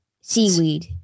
seaweed